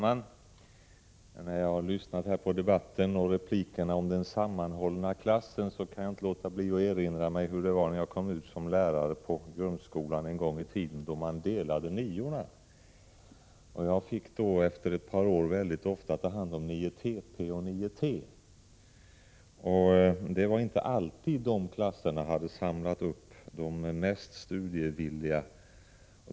Herr talman! När jag lyssnar på den här debatten och replikerna angående den sammanhållna klassen, kan jag inte låta bli att erinra mig hur det var en gång i tiden när jag kom ut som lärare i grundskolan och man delade på niorna. Jag fick efter ett par år ofta ta hand om 9 Tp och 9 T. Det var inte alltid de klasserna hade samlat de mest studievilliga.